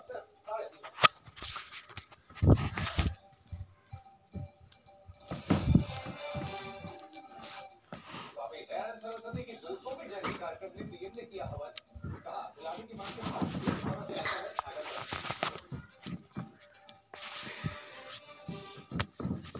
जीवन इंश्योरेंस करले कतेक मिलबे ई?